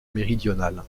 méridional